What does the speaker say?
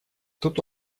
тут